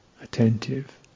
attentive